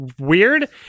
weird